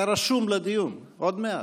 אתה רשום לדיון עוד מעט.